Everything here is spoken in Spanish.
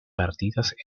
partidas